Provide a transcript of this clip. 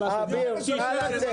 אביר, נא לצאת.